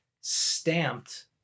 stamped